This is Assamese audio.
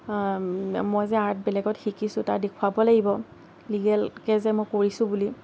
মই যে আৰ্ট বেলেগত শিকিছোঁ তাক দেখুৱাব লাগিব লিগেলকৈ যে মই কৰিছোঁ বুলি